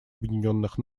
объединенных